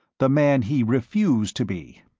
the man he refused to be.